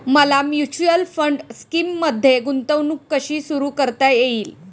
मला mutual fund स्कीममध्ये गुंतवणूक कशी सुरू करता येईल?